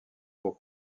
pour